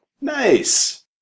Nice